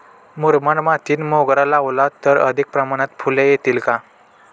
मुरमाड मातीत मोगरा लावला तर अधिक प्रमाणात फूले येतील का?